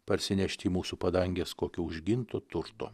parsinešt mūsų padangės kokio užginto turto